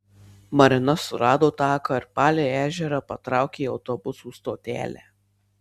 marina surado taką ir palei ežerą patraukė į autobusų stotelę